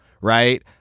right